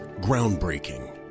Groundbreaking